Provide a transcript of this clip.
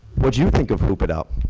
what do you think of hoop it up?